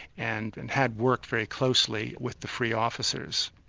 and and had worked very closely with the free officers.